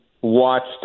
watched